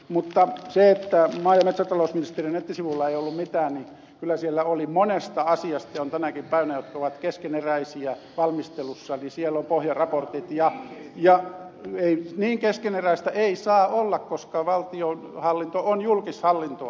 mutta se että maa ja metsätalousministeriön nettisivuilla ei ollut mitään niin kyllä siellä oli monesta asiasta ja on tänäkin päivänä jotka ovat keskeneräisiä valmistelussa niin siellä on pohjaraportit ja niin keskeneräistä ei saa olla koska valtionhallinto on julkishallintoa